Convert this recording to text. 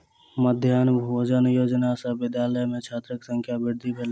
मध्याह्न भोजन योजना सॅ विद्यालय में छात्रक संख्या वृद्धि भेल